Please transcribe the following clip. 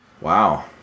wow